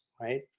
right